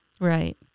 Right